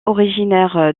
originaire